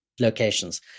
locations